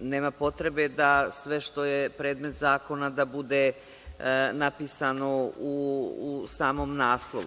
nema potrebe da sve što je predmet zakona da bude napisano u samom naslovu.